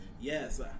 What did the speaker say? Yes